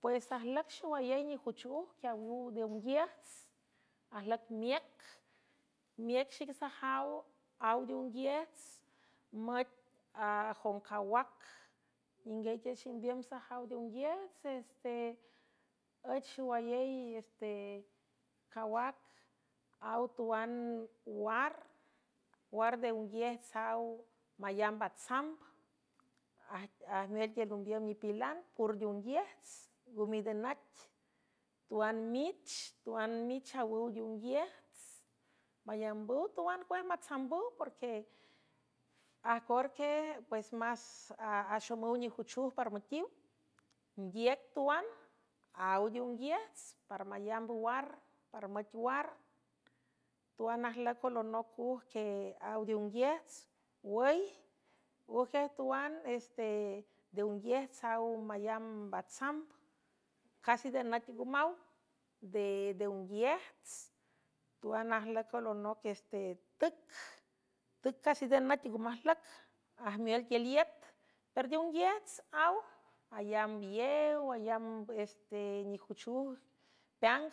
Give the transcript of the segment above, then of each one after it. Pues ajlüc xowayey nijuchuj queawüw deunguiejts ajlüc miüc miüc xic sajaw aw deunguiejts müt ajonjawac ninguiey tuial ximbiüm sajaw deunguiejts este üch xowayey este jawac aw tuan war uar deunguiejts aw malamb atsamb ajmiel tiül umbiüm nipilan pur deonguiejts ngomi denac tuan mich tuan mich awüw deunguiejts mayambüw twan cuaj matsambüw porque ajcor que pues másaxomüw nijuchuj par mütuiw nguiec tuan aw diunguiejts para malamb war par müc war tuan ajlüc alonoc ujque aw deunguiejts wüy ujej tuan este deunguiejts aw mayamb batsamb casi denat ngumaw dde unguiejts tuan ajlüc alonoc este c tüc casi denat ngo majlüc ajmiel tiül iet pero de unguiejts aw alambyew alambeste nejuchuw peang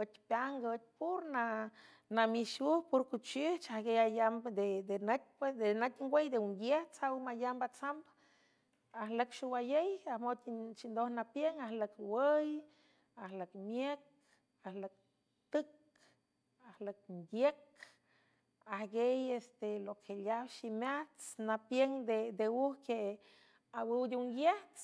üec peang üet pur nanamix uw purcuchijch ajgay alamb dddenaitiangwüy de unguiejts aw mayamb atsamb ajlüc xowayey ajmotchindoj napiüng ajlücwüy ajlüc miüc ajlüc tüc ajlüc ngiüc ajgey este loqueleaw ximeajts napiüng deujque awüw deunguiejts.